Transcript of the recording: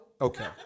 Okay